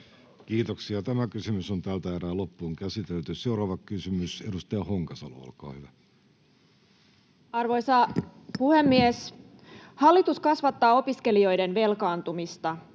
koputtaa] ennallistamisteko toisaalla. Seuraava kysymys, edustaja Honkasalo, olkaa hyvä. Arvoisa puhemies! Hallitus kasvattaa opiskelijoiden velkaantumista.